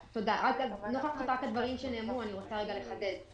נוכח הדברים שנאמרו, אני רוצה לחדד.